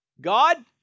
God